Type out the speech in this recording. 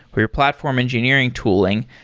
or your platform engineering tooling,